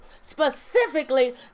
specifically